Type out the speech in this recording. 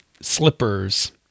slippers